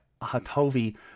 Hatovi